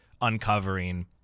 uncovering